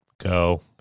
go